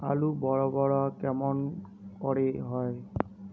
আলু বড় বড় কেমন করে হয়?